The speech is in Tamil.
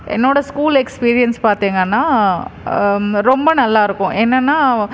என்னோடய ஸ்கூல் எக்ஸ்பீரியன்ஸ் பார்த்தீங்கன்னா ரொம்ப நல்லா இருக்கும் என்னென்னா